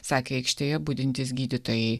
sakė aikštėje budintys gydytojai